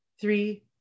three